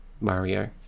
Mario